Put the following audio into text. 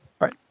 right